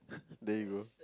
there you go